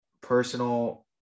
personal